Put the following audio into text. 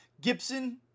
Gibson